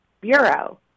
bureau